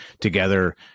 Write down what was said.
together